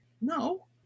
No